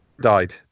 Died